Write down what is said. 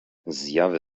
zjawy